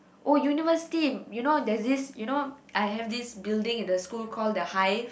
oh university you know there's this you know I have this building in the school called the hive